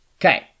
Okay